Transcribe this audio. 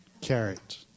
carrot